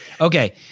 okay